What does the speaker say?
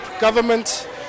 government